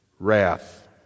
wrath